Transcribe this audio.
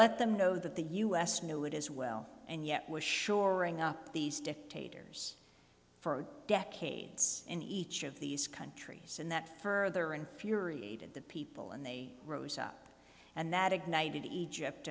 let them know that the us knew it as well and yet was suring up these dictators for decades in each of these countries and that further infuriated the people and they rose up and that ignited egypt